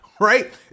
Right